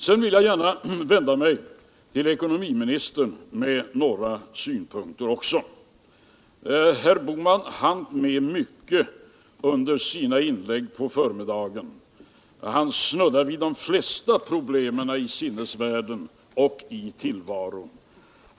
Sedan vill jag gärna vända mig till ekonomiministern med några synpunkter. Herr Bohman hann med mycket under sina inlägg på förmiddagen. Han snuddade vid de flesta problemen i sinnevärlden.